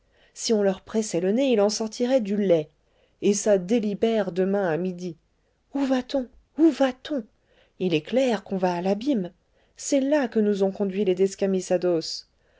si on leur pressait le nez il en sortirait du lait et ça délibère demain à midi où va-t-on où va-t-on il est clair qu'on va à l'abîme c'est là que nous ont conduits les